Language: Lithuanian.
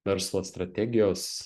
verslo strategijos